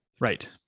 right